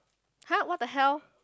[huh] what the hell